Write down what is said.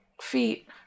feet